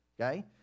okay